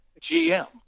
GM